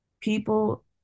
people